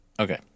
Okay